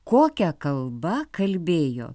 kokia kalba kalbėjo